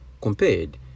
compared